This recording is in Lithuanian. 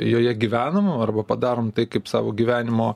joje gyvenam arba padarom tai kaip savo gyvenimo